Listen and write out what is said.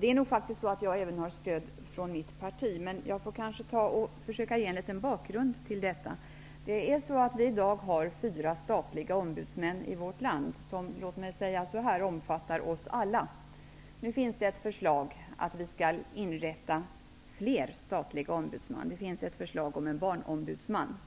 Det är faktiskt så, att jag nog har stöd även från mitt parti. Jag får nog lov att ge en bakgrund till detta. I dag har vi fyra statliga ombudsmän i vårt land som så att säga omfattar oss alla. Ett förslag är nu framlagt om att inrätta fler statliga ombudsmän. Det finns förslag om en barnombudsman.